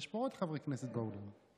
יש פה עוד חברי כנסת באולם.